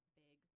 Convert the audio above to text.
big